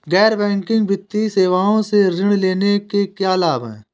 गैर बैंकिंग वित्तीय सेवाओं से ऋण लेने के क्या लाभ हैं?